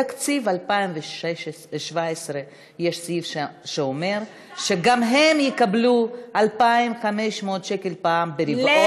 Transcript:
בתקציב 2017 יש סעיף שאומר שגם הם יקבלו 2,500 שקל פעם ברבעון,